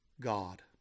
God